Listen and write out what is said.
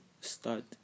start